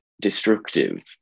destructive